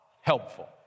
helpful